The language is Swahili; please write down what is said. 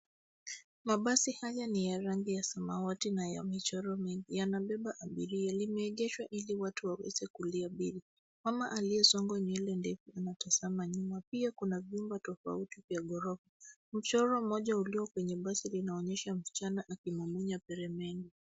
Mabasi haya ni ya rangi ya samawati na ya michoro mingi. Yanabeba abiria. Limeegeshwa ili watu waweze kuliabiri. Mama aliyesongwa nywele ndefu anatazama nyuma. Pia kuna vyumba tofauti vya ghorofa. Mchoro mmoja ulio kwenye basi unaonyesha msichana akimumunya peremende.